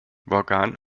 vaughan